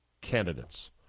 candidates